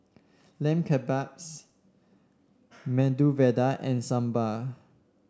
Lamb Kebabs Medu Vada and Sambar